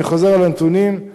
אני חוזר על הנתונים,